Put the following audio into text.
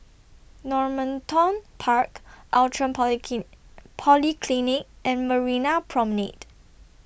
Normanton Park Outram Poly Polyclinic and Marina Promenade